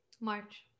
March